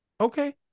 okay